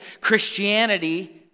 Christianity